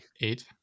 Eight